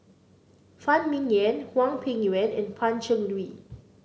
Phan Ming Yen Hwang Peng Yuan and Pan Cheng Lui